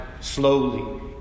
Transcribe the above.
slowly